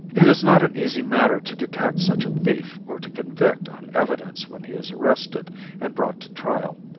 it is not an easy matter to detect such a thief or to convict on evidence when he is arrested and brought to trial.